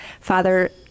Father